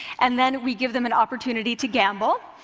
and then we give them an opportunity to gamble,